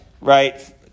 right